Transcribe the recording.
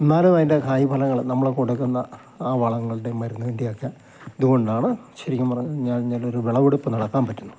എന്നാലും അതിൻ്റെ കായ് ഫലങ്ങൾ നമ്മൾ കൊടുക്കുന്ന ആ വളങ്ങളുടെ മരുന്നിൻ്റെയൊക്കെ ഇതുകൊണ്ടാണ് ശരിക്കും പറഞ്ഞു കഴിഞ്ഞാൽ ഇങ്ങനെയൊരു വിളവെടുപ്പു നടത്താൻ പറ്റുളളൂ